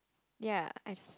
ya I just